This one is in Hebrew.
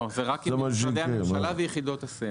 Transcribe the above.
לא, זה רק למשרדי הממשלה ויחידות הסמך.